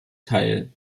teil